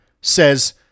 says